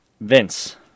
Vince